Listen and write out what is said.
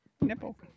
Nipple